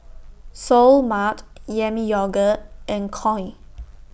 Seoul Mart Yami Yogurt and Koi